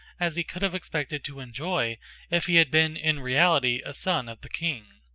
as he could have expected to enjoy if he had been in reality a son of the king.